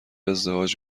ازدواج